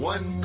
One